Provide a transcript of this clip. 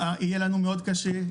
יהיה לנו מאוד קשה.